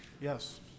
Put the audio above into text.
yes